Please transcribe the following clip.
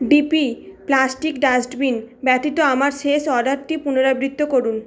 DP plastic dustbin ব্যতীত আমার শেষ অর্ডারটি পুনরাবৃত্ত করুন